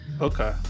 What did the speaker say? Okay